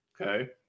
Okay